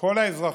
כל האזרחים,